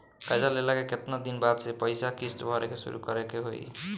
कर्जा लेला के केतना दिन बाद से पैसा किश्त भरे के शुरू करे के होई?